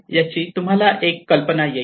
याची तुम्हाला एक कल्पना येईल